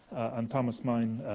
and thomas mein,